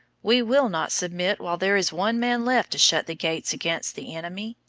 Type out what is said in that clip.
we will not submit while there is one man left to shut the gates against the enemy,